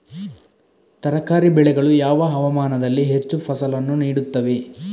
ತರಕಾರಿ ಬೆಳೆಗಳು ಯಾವ ಹವಾಮಾನದಲ್ಲಿ ಹೆಚ್ಚು ಫಸಲನ್ನು ನೀಡುತ್ತವೆ?